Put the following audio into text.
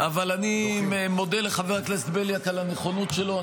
אבל אני מודה לחבר הכנסת בליאק על הנכונות שלו.